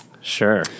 Sure